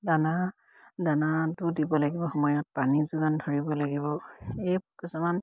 দানা দানাটো দিব লাগিব সময়ত পানী যোগান ধৰিব লাগিব এই কিছুমান